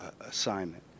assignment